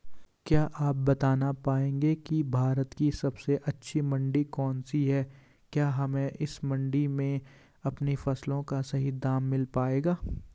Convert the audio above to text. क्या आप बताना पाएंगे कि भारत की सबसे अच्छी मंडी कौन सी है क्या हमें इस मंडी में अपनी फसलों का सही दाम मिल पायेगा?